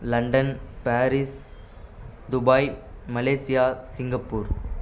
London Paris Dubai Malaysia Singapore